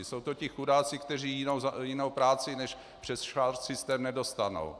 Jsou to ti chudáci, kteří jinou práci než přes švarcsystém nedostanou.